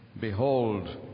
Behold